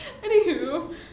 Anywho